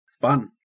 Fun